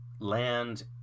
land